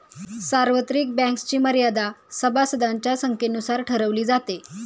सार्वत्रिक बँक्सची मर्यादा सभासदांच्या संख्येनुसार ठरवली जाते